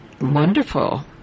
Wonderful